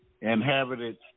inhabited